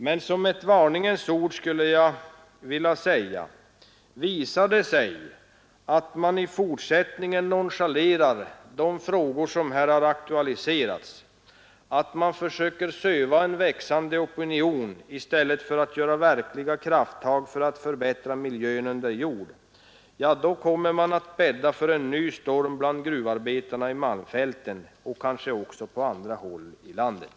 Men som ett varningens ord vill jag säga, att om det visar sig att man i fortsättningen nonchalerar de frågor som här har aktualiserats och om man försöker söva en växande opinion i stället för att ta verkliga krafttag för att förbättra miljön under jord — ja, då bäddar man för en ny storm bland gruvarbetarna i malmfälten och kanske också på andra håll i landet.